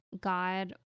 God